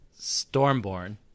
Stormborn